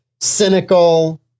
cynical